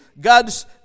God's